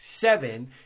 Seven